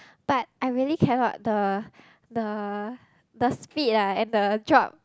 but I really cannot the the the speed ah and the drop